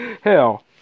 hell